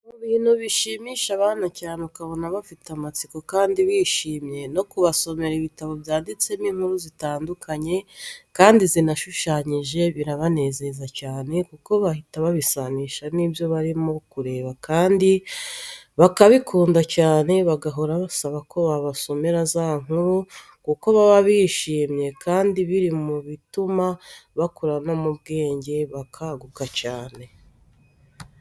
Mu bintu bishimisha abana cyane ukabona bafite amatsiko kandi bishimye, no kubasomera ibitabo byanditsemo inkuru zitandukanye kandi zinashushanyije birabanezeza cyane kuko bahita babisanisha nibyobarimo kureba kandi bakabikunda cyane bagahora basaba ko babasomera za nkuru kuko baba babyishimiye kandi biri mu bituma bakura no mu bwenge bakaguka cyane.